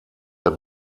der